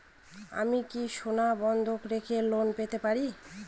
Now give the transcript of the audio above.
আমি কি সোনা বন্ধক রেখে লোন পেতে পারি?